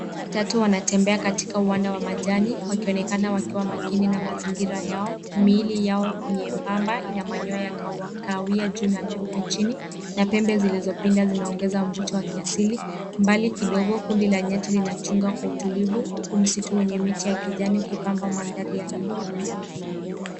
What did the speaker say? Watatu wanatembea katika uwanja wa majani wakionekana wakiwa makini na mazingira yao miili yao miembamba ina manyoya kahawia juu na mieupe chini na pembe zilizopinda zinaongeza mvuto wa kiasili mbali kidogo kundi la nyati linachunga kwa utulivu huku msitu wenye miti ya kijani ukipamba mandhari ya nyuma.